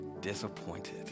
disappointed